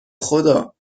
خدا